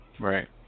Right